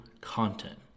content